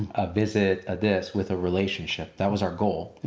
a visit, a this, with a relationship. that was our goal.